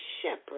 shepherd